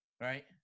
Right